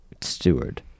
steward